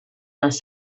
les